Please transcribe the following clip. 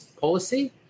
policy